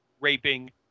raping